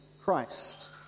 Christ